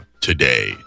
today